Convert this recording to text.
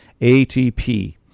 ATP